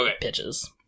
pitches